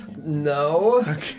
No